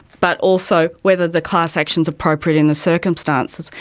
but also whether the class action appropriate in the circumstances.